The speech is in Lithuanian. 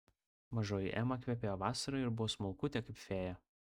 mažoji ema kvepėjo vasara ir buvo smulkutė kaip fėja